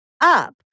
up